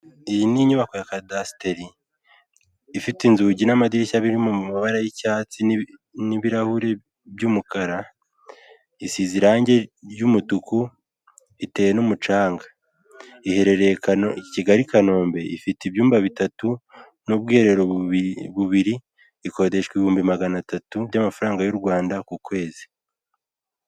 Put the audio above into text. Iyi ni inyubako ya kadasitari ifite inzugi n'amadirishya biri mu mabara y'icyatsi n'ibirahure by'umukara isize irangi ry'umutuku iteye n'umucanga iharereye Kigali kanombe ifite ibyumba bitatu, n'ubwiherero bubiri ikodeshwa ibihumbi maganatatu by'amafaranga y' u Rwanda ku kwezi.